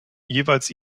jeweils